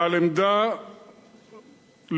בעל עמדה לאומית,